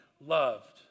loved